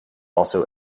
also